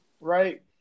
right